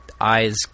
eyes